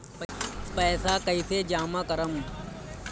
पैसा कईसे जामा करम?